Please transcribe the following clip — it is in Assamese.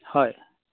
হয়